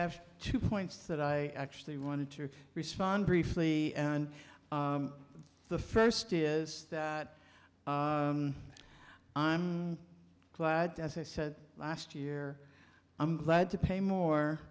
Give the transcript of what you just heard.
have two points that i actually wanted to respond briefly and the first is that i'm glad as i said last year i'm glad to pay more